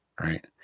right